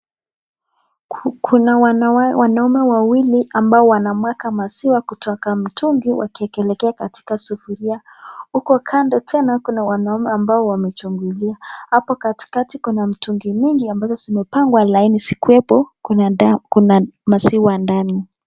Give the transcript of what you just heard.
Kuna wanaume wawili ambao wanamwaga maziwa kutoka mtungi wakiekelea katika sufuria. Huko kando tena kuna wanaume ambao wamechungulia. Hapo katikati kuna mtungi mingi ambazo zimepangwa laini, zikiwepo kuna maziwa ndani.